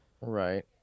Right